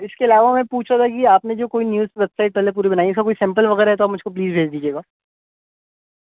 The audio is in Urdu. اس کے علاوہ میں پوچھ رہا تھا کہ آپ نے جو کوئی نیوز ویب سائٹ پہلے پوری بنائی ہے اس کا کوئی سیمپل وغیرہ ہے تو آپ مجھ کو پلیز بھیج دیجیے گا